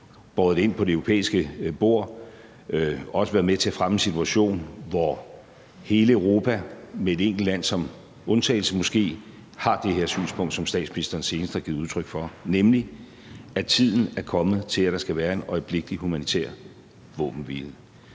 båret den ind på det europæiske bord og har også været med til at fremme en situation, hvor hele Europa, måske med et enkelt land som undtagelse, har det her synspunkt, som statsministeren senest har givet udtryk for, nemlig at tiden er kommet til, at der skal være en øjeblikkelig humanitær våbenhvile.